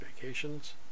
vacations